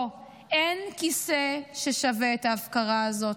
פה: אין כיסא ששווה את ההפקרה הזאת.